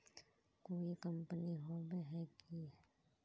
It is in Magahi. कोई कंपनी होबे है की?